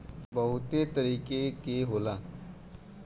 बहुते तरीके के होला